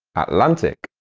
atlantic